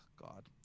God